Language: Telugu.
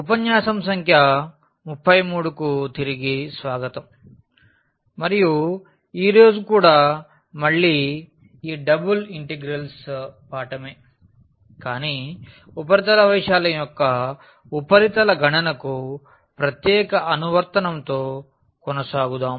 ఉపన్యాసం సంఖ్య 33 కు తిరిగి స్వాగతం మరియు ఈ రోజు కూడా మళ్ళీ ఈ డబుల్ ఇంటిగ్రల్స్ పాఠమే కానీ ఉపరితల వైశాల్యం యొక్క ఉపరితల గణనకు ప్రత్యేక అనువర్తనం తో కొనసాగుదాం